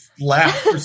laugh